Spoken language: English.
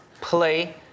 play